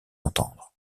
entendre